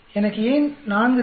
எனக்கு ஏன் 4 தேவை